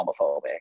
homophobic